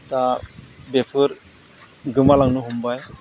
दा बेफोर गोमालांनो हमबाय